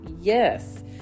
Yes